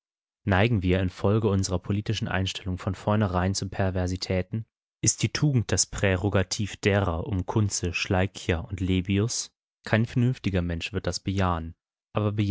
neigen wir infolge unserer politischen einstellung von vornherein zu perversitäten ist die tugend das prärogativ derer um kunze schlaikjer und lebius kein vernünftiger mensch wird das bejahen aber